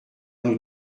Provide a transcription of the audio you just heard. nous